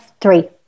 Three